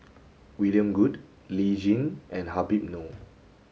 William Goode Lee Tjin and Habib Noh